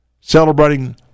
celebrating